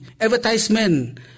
advertisement